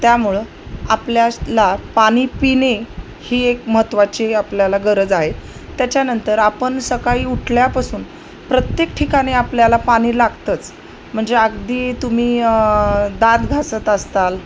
त्यामुळं आपल्याला पाणी पिणे ही एक महत्त्वाची आपल्याला गरज आहे त्याच्यानंतर आपण सकाळी उठल्यापासून प्रत्येक ठिकाणी आपल्याला पाणी लागतंच म्हणजे अगदी तुम्ही दात घासत असताल